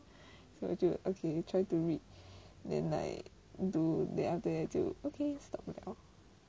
我就 okay try to read then like do then after that 就 okay stop 了